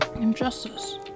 Injustice